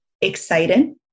excited